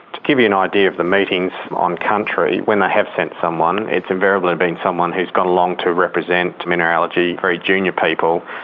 to give you an idea of the meetings on-country, when they have sent someone it's invariably been someone who's gone along to represent mineralogy, very junior people,